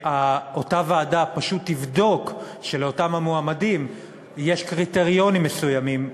אותה ועדה פשוט תבדוק שאותם מועמדים עומדים בקריטריונים מסוימים,